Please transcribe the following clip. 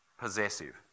possessive